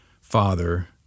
father